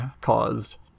caused